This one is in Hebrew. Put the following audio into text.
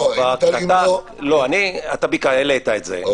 אתה העלית את זה,